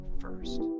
first